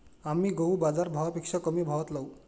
आम्ही गहू बाजारभावापेक्षा कमी भावात लावू